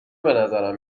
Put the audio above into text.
بنظرم